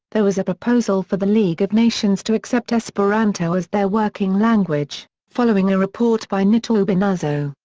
there was a proposal for the league of nations to accept esperanto as their working language, following a report by nitobe inazo,